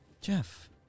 Jeff